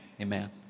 Amen